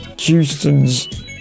Houston's